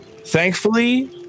Thankfully